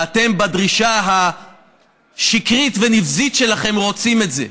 ואתם, בדרישה השקרית והנבזית שלכם, רוצים את זה.